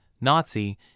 Nazi